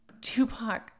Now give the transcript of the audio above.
Tupac